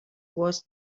was